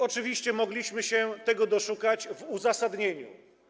Oczywiście mogliśmy się tego doszukać w uzasadnieniu.